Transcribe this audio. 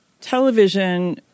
television